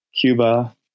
Cuba